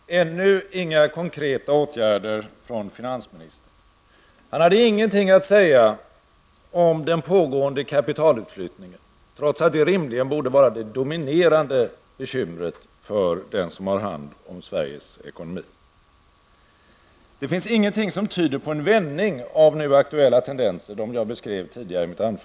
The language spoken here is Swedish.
Herr talman! Ännu inga konkreta åtgärder från finansministern! Han hade ingenting att säga om den pågående kapitalutflyttningen, trots att den rimligen borde vara det dominerande bekymret för den som har hand om Sveriges ekonomi. Det finns ingenting som tyder på en vändning av de nu aktuella tendenser som jag beskrev i mitt tidigare anförande.